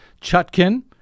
Chutkin